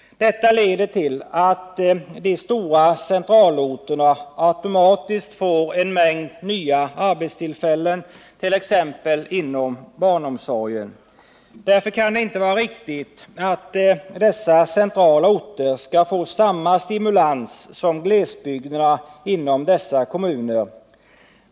Detta leder till att de stora centralorterna automatiskt får en mängd nya arbetstillfällen, t.ex. inom barnomsorgen. Därför kan det inte vara riktigt att dessa centralorter skall få samma stimulans som glesbygderna inom dessa kommuner.